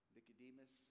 Nicodemus